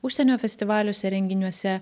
užsienio festivaliuose renginiuose